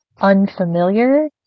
unfamiliar